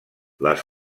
les